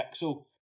Pixel